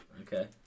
Okay